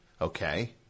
okay